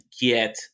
get